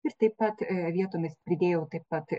ir taip pat vietomis pridėjau taip pat